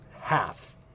half